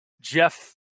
Jeff